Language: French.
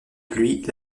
pluie